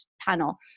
panel